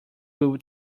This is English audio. will